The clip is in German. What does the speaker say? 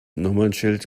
nummernschild